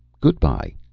good-by.